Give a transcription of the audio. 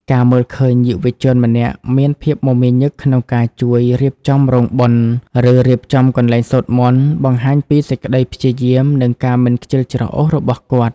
ការមើលឃើញយុវជនម្នាក់មានភាពមមាញឹកក្នុងការជួយរៀបចំរោងបុណ្យ ឬរៀបចំកន្លែងសូត្រមន្ត បង្ហាញពីសេចក្ដីព្យាយាម និងការមិនខ្ជិលច្រអូសរបស់គាត់។